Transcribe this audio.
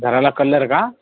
घराला कलर का